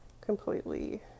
completely